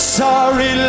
sorry